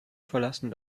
verlassen